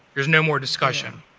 there's no more discussion.